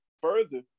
further